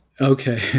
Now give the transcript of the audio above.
Okay